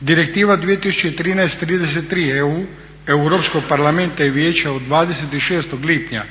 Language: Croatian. Direktiva 2013/33EU Europskog parlamenta i Vijeća od 26. lipnja